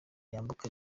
yambuka